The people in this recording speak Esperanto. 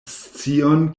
scion